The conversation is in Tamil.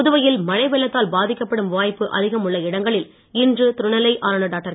புதுவையில் மழை வெள்ளத்தால் பாதிக்கப்படும் வாய்ப்பு அதிகம் உள்ள இடங்களில் இன்று துணைநிலை ஆளுனர் டாக்டர்